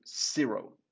zero